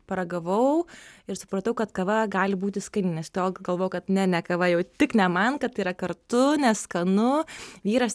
paragavau ir supratau kad kava gali būti skanines galvojau kad ne ne kava jau tik ne man kad tai yra kartu neskanu vyras